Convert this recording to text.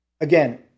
again